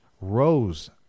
rose